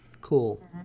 Cool